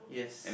yes